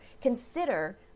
consider